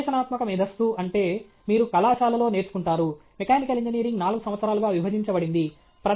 విశ్లేషణాత్మక మేధస్సు అంటే మీరు కళాశాలలో నేర్చుకుంటారు మెకానికల్ ఇంజనీరింగ్ 4 సంవత్సరాలుగా విభజించబడింది